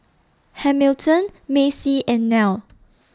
Hamilton Macey and Nell